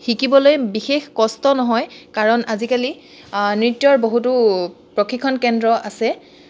শিকিবলৈ বিশেষ কষ্ট নহয় কাৰণ আজিকালি নৃত্যৰ বহুতো প্ৰশিক্ষণ কেন্দ্ৰ আছে